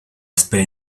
spade